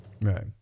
Right